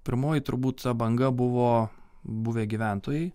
pirmoji turbūt ta banga buvo buvę gyventojai